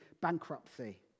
bankruptcy